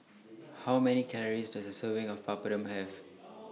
How Many Calories Does A Serving of Papadum Have